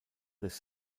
this